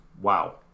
wow